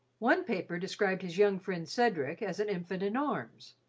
one paper described his young friend cedric as an infant in arms,